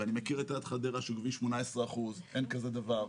ואני מכיר את עיריית חדרה שגובים 18%. אין כזה דבר.